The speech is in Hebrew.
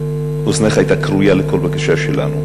ואוזנך הייתה כרויה לכל בקשה שלנו.